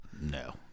No